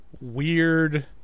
weird